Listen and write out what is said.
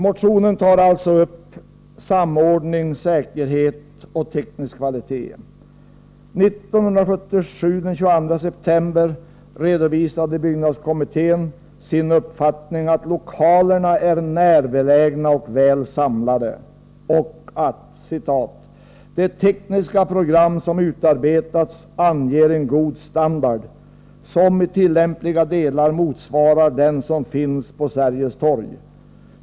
Motionen tar upp samordning, säkerhet och teknisk kvalitet. Den 22 september 1977 redovisade byggnadskommittén sin uppfattning att ”lokalerna är närbelägna och väl samlade” och att ”det tekniska program som utarbetats anger en god standard som i tillämpliga delar motsvarar den som finns på Sergels Torg”.